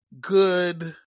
good